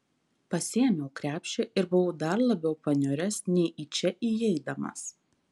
pasiėmiau krepšį ir buvau dar labiau paniuręs nei į čia įeidamas